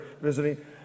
visiting